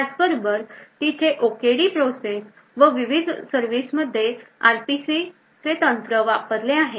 त्याच बरोबर तिथे OKD प्रोसेस व विविध सर्विस मध्ये RPC's तंत्र वापरले आहे